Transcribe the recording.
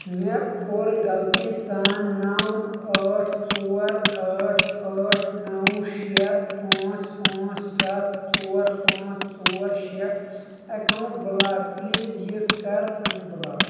مےٚ کوٚر غلطی سان نَو آٹھ ژور ٲٹھ آٹھ نَو شیٚے پانٚژ پانٚژ ستھ ژور پانٚژ ژور شے اکاونٹ بلاک پلیز یہِ کَر ان بلاک